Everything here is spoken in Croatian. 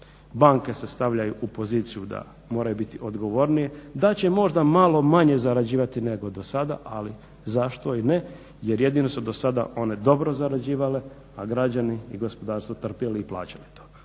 banke se stavljaju u poziciju da moraju biti odgovorniji, da će možda malo manje zarađivati nego do sada ali zašto ne jer jedino su do sada one dobro zarađivale a građani i gospodarstvo trpjeli i plaćali to.